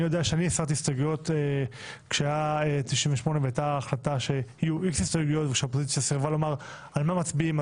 אני יודע שהסרתי הסתייגויות כשהיה 98 והכנסת סירבה לומר על מה מצביעים,